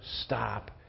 stop